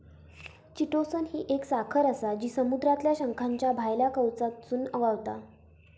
chitosan ही एक साखर आसा जी समुद्रातल्या शंखाच्या भायल्या कवचातसून गावता